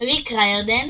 ריק ריירדן